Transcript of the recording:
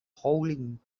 howling